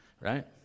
Right